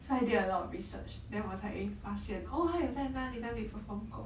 so I did a lot of research then I was like eh 发现 orh 他有在哪里哪里 perform 过